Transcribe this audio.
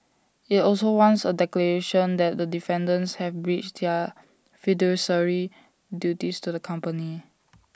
IT also wants A declaration that the defendants have breached their fiduciary duties to the company